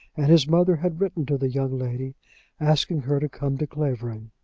and his mother had written to the young lady asking her to come to clavering.